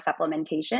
supplementation